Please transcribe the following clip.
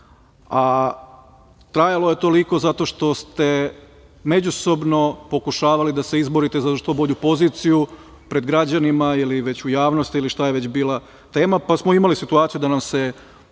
trajalo je toliko zato što ste međusobno pokušavali da se izborite za što bolju poziciju pred građanima ili već u javnosti ili šta je već bila tema, pa smo imali situaciju da nam se